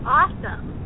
awesome